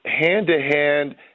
hand-to-hand